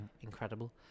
Incredible